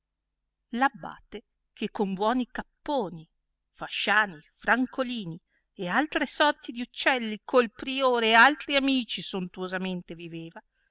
abbate che con buoni capponi l'asciani francolini e altre sorti di uccelli col priore e altri amici sontuosamente viveva